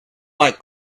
like